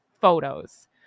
photos